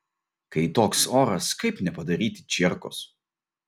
kai toks oras kaip nepadaryti čierkos